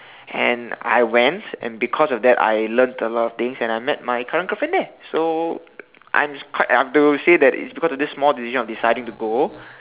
and I went and because of that I learnt a lot of things and I met my current girlfriend there so I'm quite I'm to say it's because of this small decision of deciding to go